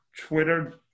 twitter